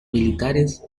militares